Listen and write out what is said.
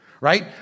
right